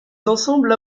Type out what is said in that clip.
ensembles